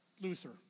Luther